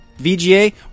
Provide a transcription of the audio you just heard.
VGA